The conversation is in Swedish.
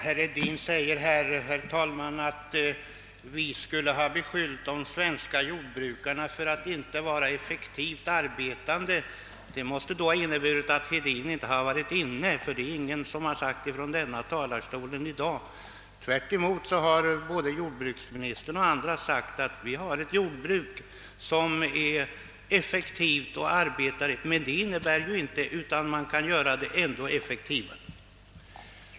Herr talman! Herr Hedin sade att socialdemokraterna beskyllt de svenska jordbrukarna för att inte arbeta effektivt, men detta måste betyda att herr Hedin inte varit inne i kammaren, ty ingen har sagt någonting sådant från denna talarstol i dag. Tvärtom har såväl jordbruksministern som andra framhållit att vi har ett effektivt jordbruk, men detta innebär inte att det inte kan göras effektivare.